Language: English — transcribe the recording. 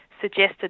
suggested